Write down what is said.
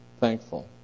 thankful